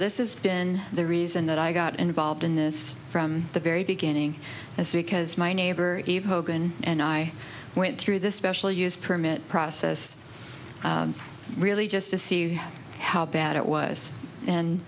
this is been the reason that i got involved in this from the very beginning as because my neighbor gave hogan and i went through the special use permit process really just to see how bad it was and